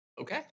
okay